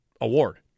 award